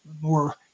more